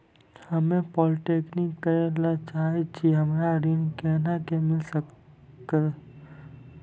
हम्मे पॉलीटेक्निक करे ला चाहे छी हमरा ऋण कोना के मिल सकत?